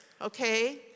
okay